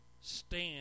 Stand